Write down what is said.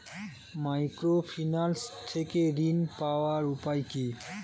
Microfinance থেকে ঋণ পাওয়ার উপায় কি?